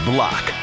Block